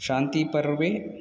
शान्तिपर्वे